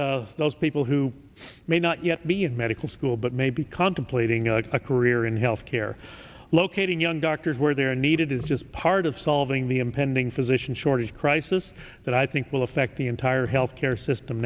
those people who may not yet be in medical school but may be contemplating a career in health care locating young doctors where they're needed is just part of solving the impending physician shortage crisis that i think will affect the entire healthcare system